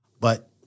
But-